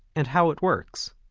and how it works.